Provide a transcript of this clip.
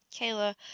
Kayla